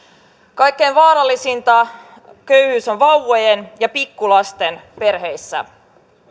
kaikkein vaarallisinta köyhyys on vauvojen ja pikkulasten perheissä